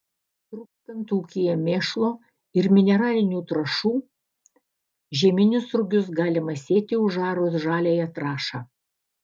trūkstant ūkyje mėšlo ir mineralinių trąšų žieminius rugius galima sėti užarus žaliąją trąšą